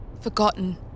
forgotten